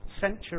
century